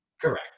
Correct